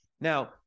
Now